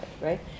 right